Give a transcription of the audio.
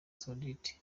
saoudite